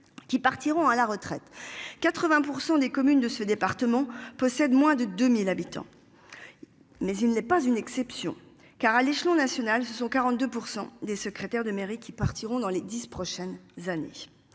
qui partiront à la retraite. 80% des communes de ce département possède moins de 2000 habitants. Mais il n'est pas une exception car, à l'échelon national, ce sont 42% des secrétaires de mairie qui partiront dans les 10 prochaines années,